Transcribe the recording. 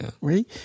right